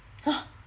!huh!